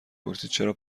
پرسیدچرا